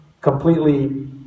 completely